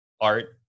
art